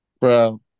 Bro